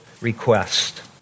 request